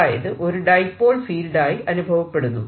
അതായത് ഒരു dipole field ആയി അനുഭപ്പെടുന്നു